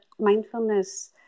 mindfulness